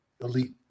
elite